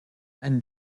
and